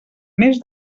mes